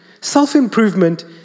Self-improvement